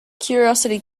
curiosity